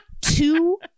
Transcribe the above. two